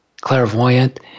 clairvoyant